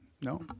No